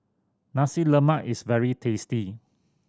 Nasi Lemak is very tasty